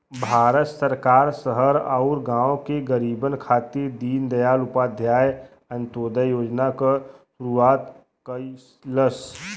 भारत सरकार शहर आउर गाँव के गरीबन खातिर दीनदयाल उपाध्याय अंत्योदय योजना क शुरूआत कइलस